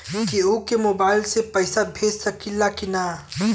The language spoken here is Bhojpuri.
केहू के मोवाईल से भी पैसा भेज सकीला की ना?